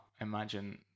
imagine